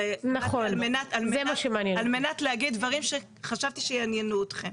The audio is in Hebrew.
כי הרי אני כאן על מנת להגיד דברים שחשבתי שיעניינו אתכם.